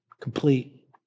complete